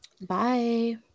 Bye